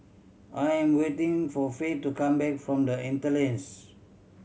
I am waiting for Faye to come back from The Interlace